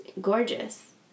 gorgeous